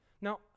Now